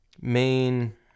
main